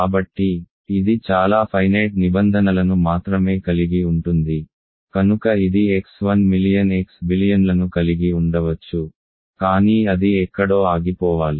కాబట్టి ఇది చాలా ఫైనేట్ నిబంధనలను మాత్రమే కలిగి ఉంటుంది కనుక ఇది X1 మిలియన్ X బిలియన్లను కలిగి ఉండవచ్చు కానీ అది ఎక్కడో ఆగిపోవాలి